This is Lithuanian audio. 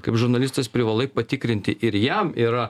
kaip žurnalistas privalai patikrinti ir jam yra